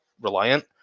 reliant